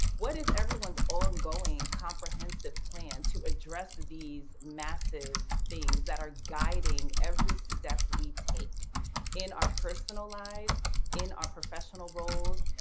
what is everyone's ongoing comprehensive plan to address these massive things that are guiding every step we take in our personal lives, in our professional roles,